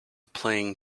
playing